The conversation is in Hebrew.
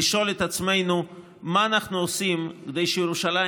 לשאול את עצמנו מה אנחנו עושים כדי שירושלים